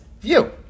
view